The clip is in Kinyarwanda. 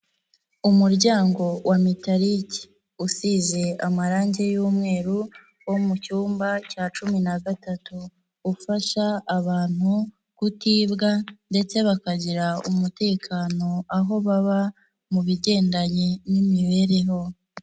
Umuryango wa mitalike usize amarangi y'umweru wo mu cyumba cya cumi na gatatu, ufasha abantu kutibwa ndetse bakagira umutekano aho baba mu bigendanye n'imibereho.